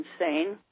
insane